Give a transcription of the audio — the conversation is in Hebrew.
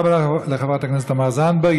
תודה רבה לחברת הכנסת תמר זנדברג.